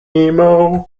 emo